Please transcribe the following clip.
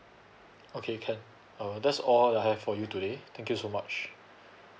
okay can uh that's all I have for you today thank you so much